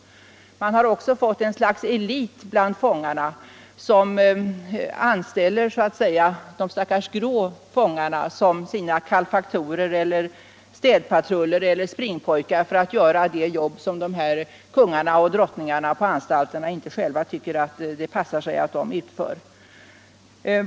Man har också fått ett slags elit bland fångarna, som anställer de stackars ”grå” fångarna som sina kalfaktorer, städpatruller eller springpojkar för att göra det jobb som dessa kungar eller drottningar på anstalterna inte tycker att det passar sig att de själva skall utföra.